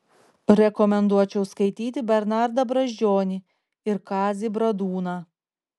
rekomenduočiau skaityti bernardą brazdžionį ir kazį bradūną